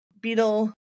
beetle